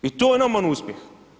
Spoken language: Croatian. I to je nama uspjeh.